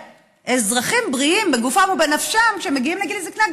אזרחים בריאים בגופם ובנפשם שמגיעים לגיל זקנה,